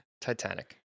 Titanic